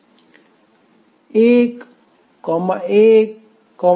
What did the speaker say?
1 1 1